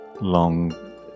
long